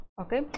okay